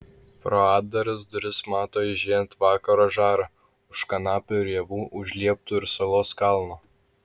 pro atdaras duris mato aižėjant vakaro žarą už kanapių ir javų už lieptų ir salos kalno